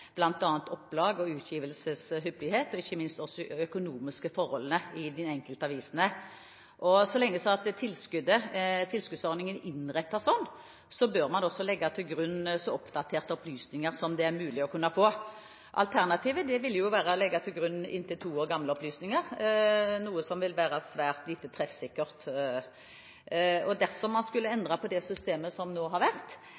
opplag og utgivelseshyppighet, og ikke minst også de økonomiske forholdene i de enkelte avisene. Så lenge tilskuddsordningen er innrettet sånn, bør man også legge til grunn så oppdaterte opplysninger som det er mulig å kunne få. Alternativet ville være å legge til grunn inntil to år gamle opplysninger, noe som vil være svært lite treffsikkert. Dersom man skulle endre på det systemet som nå har vært,